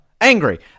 angry